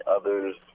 others